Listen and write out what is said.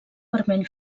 vermell